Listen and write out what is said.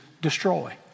Destroy